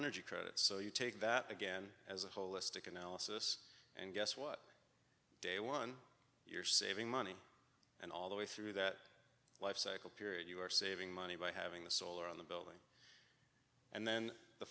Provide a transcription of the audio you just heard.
energy credits so you take that again as a holistic analysis and guess what day one you're saving money and all the way through that life cycle period you are saving money by having the solar on the building and then the